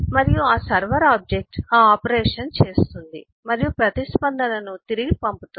మరియు server object ఆ operation చేస్తుంది మరియు ప్రతిస్పందనను తిరిగి పంపుతుంది